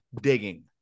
digging